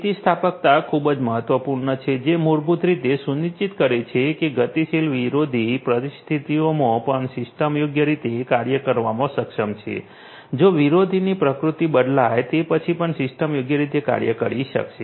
સ્થિતિસ્થાપકતા ખૂબ જ મહત્વપૂર્ણ છે જે મૂળભૂત રીતે સુનિશ્ચિત કરે છે કે ગતિશીલ વિરોધી પરિસ્થિતિઓમાં પણ સિસ્ટમ યોગ્ય રીતે કાર્ય કરવામાં સક્ષમ છે જો વિરોધની પ્રકૃતિ બદલાય તે પછી પણ સિસ્ટમ યોગ્ય રીતે કાર્ય કરી શકશે